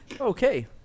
Okay